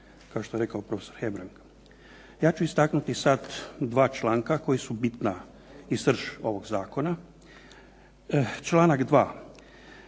kao što je rekao profesor Hebrang. Ja ću istaknuti sad dva članka koja su bitna i srž ovog zakona. Članak 2.